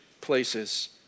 places